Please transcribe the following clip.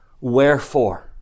Wherefore